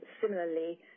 similarly